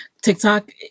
tiktok